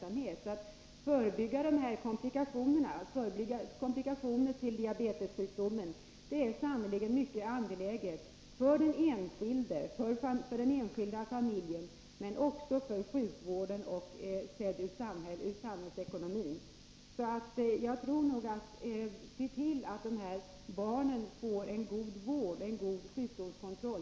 Att förebygga komplikationer till diabetessjukdomen är sannerligen mycket angeläget för den enskilde, för familjen och även ur sjukvårdsekonomisk och samhällsekonomisk synpunkt. Jag tror nog att det är god ekonomi att se till att de här barnen får en god vård, en god sjukdomskontroll.